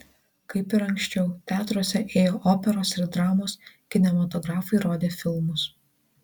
kaip ir anksčiau teatruose ėjo operos ir dramos kinematografai rodė filmus